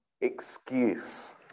excuse